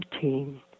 team